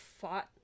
fought